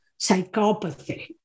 psychopathy